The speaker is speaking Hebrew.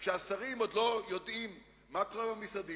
כשהשרים עוד לא יודעים מה קורה במשרדים